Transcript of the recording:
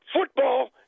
Football